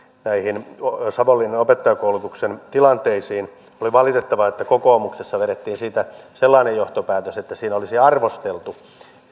näihin savonlinnan opettajankoulutuksen tilanteisiin oli valitettavaa että kokoomuksessa vedettiin siitä sellainen johtopäätös että siinä olisi arvosteltu